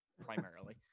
primarily